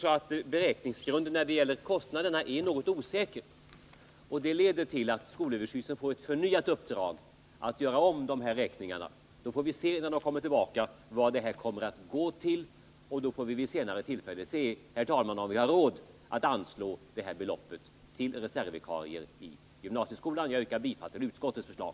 Beräkningsgrunden när det gäller kostnaderna är också något osäker, och skolöverstyrelsen kommer därför att få i uppdrag att göra om beräkningarna. När det är klart vet vi vad ett system med reservvikarier i gymnasieskolan kommer att belöpa sig till, och så får vi vid ett senare tillfälle bedöma om vi har råd att anslå det beloppet. Jag yrkar bifall till utskottets förslag.